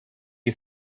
you